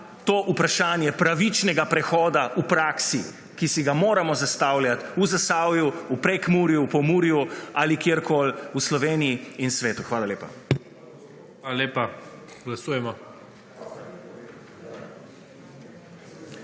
to vprašanje pravičnega prehoda v praksi, ki si ga moramo zastavljat v Zasavju, v Prekmurju, v Pomurju ali kjerkoli v Sloveniji in svetu. Hvala lepa. PREDSEDNIK IGOR